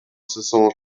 saison